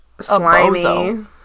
slimy